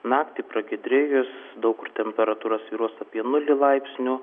naktį pragiedrėjus daug kur temperatūra svyruos apie nulį laipsnių